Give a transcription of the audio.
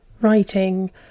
writing